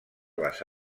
les